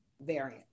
variant